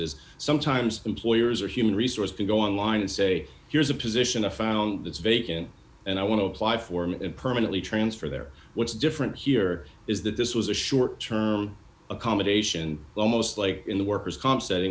is sometimes employers are human resources to go on line and say here's a position i found that's vacant and i want to apply for permanently transfer there what's different here is that this was a short term accommodation almost like in the worker's comp setting